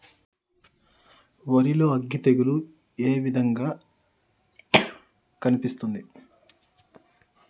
వరి లో అగ్గి తెగులు రోగం ఏ విధంగా కనిపిస్తుంది?